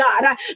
God